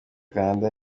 canada